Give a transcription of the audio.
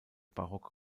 barocke